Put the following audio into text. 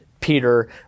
Peter